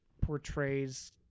portrays